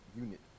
unit